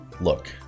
look